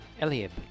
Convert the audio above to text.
Eliab